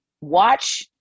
watch